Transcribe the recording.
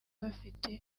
bafite